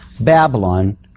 Babylon